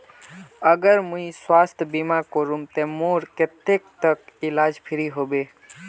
अगर मुई स्वास्थ्य बीमा करूम ते मोर कतेक तक इलाज फ्री होबे?